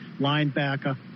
linebacker